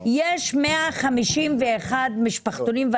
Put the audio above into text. יש 151 משפחתונים במדינה,